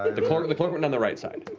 the sort of the clerk went down the right side.